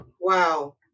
Wow